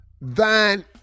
thine